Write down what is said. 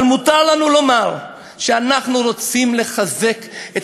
אבל מותר לנו לומר שאנחנו רוצים לחזק את